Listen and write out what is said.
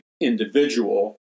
individual